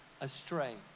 astray